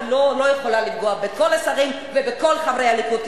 אני לא יכולה לפגוע בכל השרים ובכל חברי הליכוד,